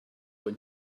when